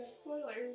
Spoilers